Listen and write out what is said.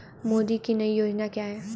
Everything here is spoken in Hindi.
मोदी की नई योजना क्या है?